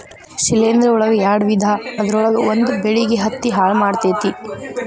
ಶಿಲೇಂಧ್ರ ಒಳಗ ಯಾಡ ವಿಧಾ ಅದರೊಳಗ ಒಂದ ಬೆಳಿಗೆ ಹತ್ತಿ ಹಾಳ ಮಾಡತತಿ